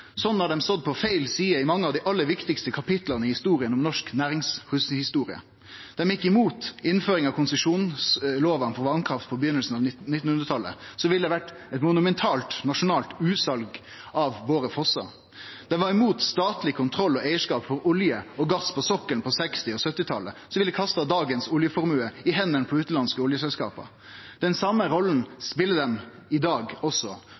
har dei stått på feil side i mange av dei aller viktigaste kapitla i norsk næringslivshistorie. Dei gjekk imot innføring av konsesjonslovene for vasskraft på byrjinga av 1900-talet, noko som ville ført til eit monumentalt, nasjonalt utsal av fossane våre. Dei var imot statleg kontroll med eigarskapen av olje og gass på sokkelen på 1960- og 1970-talet, noko som ville kasta dagens oljeformue i hendene på utanlandske oljeselskap. Den same rolla speler dei i dag også,